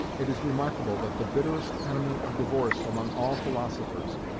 it is remarkable that the bitterest enemy of divorce among all philosophers,